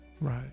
Right